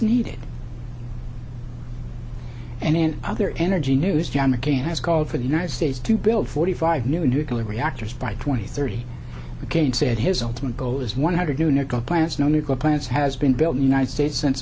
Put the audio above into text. needed and in other energy news john mccain has called for the united states to build forty five new nuclear reactors by twenty thirty mccain said his ultimate goal is one hundred new nickel plants no nuclear plants has been built in united states since